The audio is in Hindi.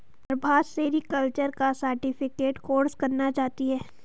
प्रभा सेरीकल्चर का सर्टिफिकेट कोर्स करना चाहती है